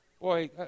Boy